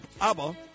ABBA